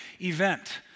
event